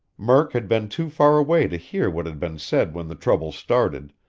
murk had been too far away to hear what had been said when the trouble started,